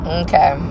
okay